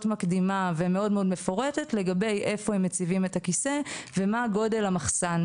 מקדימה ומאוד מפורטת לגבי איפה מציבים את הכיסא ומה גודל המחסן,